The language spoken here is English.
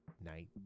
night